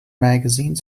magazine